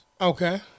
okay